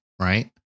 right